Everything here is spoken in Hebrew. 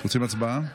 רוצים הצבעה?